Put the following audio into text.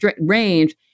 range